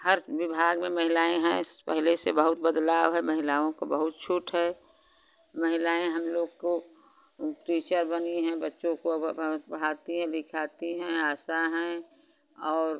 हर विभाग में महिलाएँ हैं पहले से बहुत बदलाव है महिलाओं को बहुत छूट है महिलाएँ हम लोग को टीचर बनी हैं बच्चों को अब पढ़ाती हैं लिखाती हैं आशा हैं और